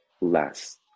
less